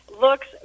looks